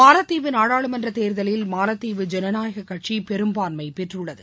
மாலத்தீவு நாடாளுமன்ற தேர்தலில் மாலத்தீவு ஜனநாயக கட்சி பெரும்பான்மம பெற்றுள்ளது